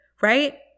Right